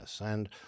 and